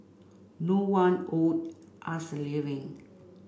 no one owed us a living